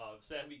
Sammy